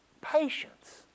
patience